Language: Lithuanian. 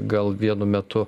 gal vienu metu